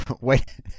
Wait